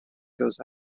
goes